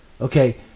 Okay